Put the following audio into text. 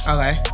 Okay